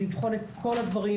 לבחון את כל הדברים,